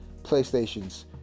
PlayStations